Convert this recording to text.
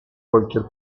cualquier